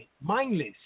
mindless